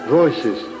voices